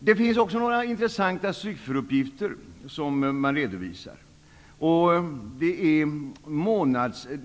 Man redovisar också några intressanta sifferuppgifter.